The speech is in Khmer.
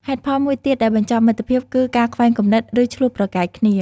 ហេតុផលមួយទៀតដែលបញ្ចប់មិត្តភាពគឺ ការខ្វែងគំនិត ឬ ឈ្លោះប្រកែកគ្នា។